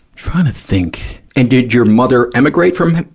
trying to think. and did your mother emigrate from,